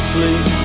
Sleep